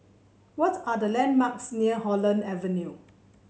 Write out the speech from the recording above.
what are the landmarks near Holland Avenue